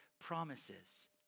promises